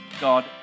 God